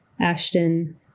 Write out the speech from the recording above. Ashton